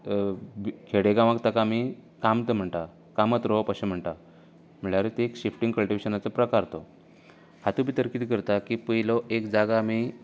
खेडेगांवांत ताका आमी कामतां म्हणटात कामत रोवप अशें म्हणटात म्हळ्यारच एक शिफ्टिंग कल्टिवेशनाचो प्रकार तो हातूंत भितर कितें करता की पयलो एक जागो आमी